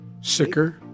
sicker